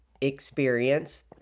experience